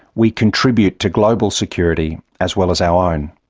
we contribute to global security as well as our own.